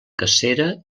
cacera